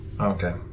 Okay